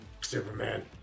Superman